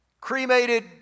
cremated